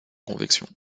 convection